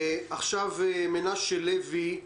עכשיו מנשה לוי,